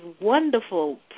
wonderful